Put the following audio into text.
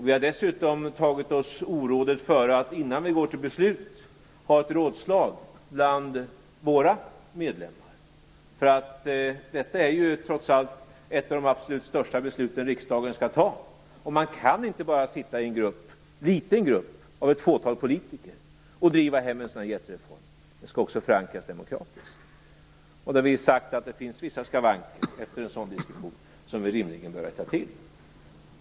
Vi har dessutom tagit oss orådet före att innan vi går till beslut hålla ett rådslag bland våra medlemmar. Detta är ju trots allt ett av de största besluten riksdagen skall fatta, och man kan bara inte sitta i en liten grupp politiker och driva igenom en sådan jättereform. Den skall också förankras demokratiskt. Vi har sagt att det efter en sådan diskussion finns vissa skavanker som vi rimligen bör rätta till.